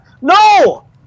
No